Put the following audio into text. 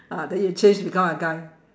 ah then you change become a guy